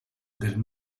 del